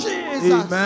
Jesus